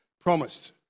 promised